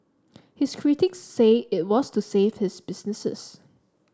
his critics say it was to save his businesses